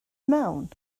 mewn